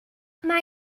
mae